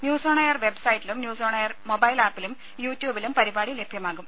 news on air വെബ്സൈറ്റിലും news on air mobile ആപ്പിലും യുട്യൂബിലും പരിപാടി ലഭ്യമാകും